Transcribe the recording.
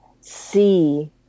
see